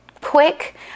quick